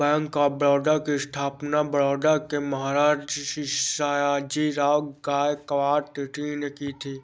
bank of Baroda की स्थापना बड़ौदा के महाराज सयाजीराव गायकवाड तृतीय ने की थी